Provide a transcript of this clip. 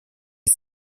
est